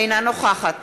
אינה נוכחת